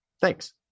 Thanks